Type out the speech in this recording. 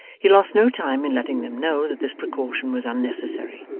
he lost no time in letting them know that this precaution was unnecessary,